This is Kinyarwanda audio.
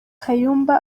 kayumba